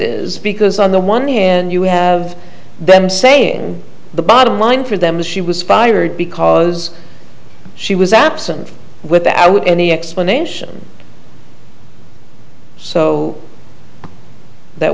is because on the one hand you have them saying the bottom line for them is she was fired because she was absent without any explanation so that